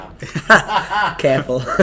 careful